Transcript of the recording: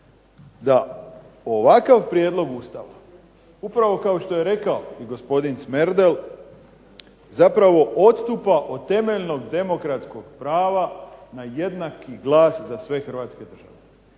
da ovakav prijedlog Ustava upravo kao što je i rekao gospodin Smerdel zapravo odstupa od temeljnog demokratskog prava na jednaki glas za sve hrvatske državljane.